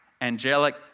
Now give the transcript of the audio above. angelic